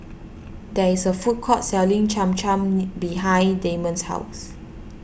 there is a food court selling Cham Cham behind Damon's house